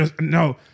No